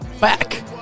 back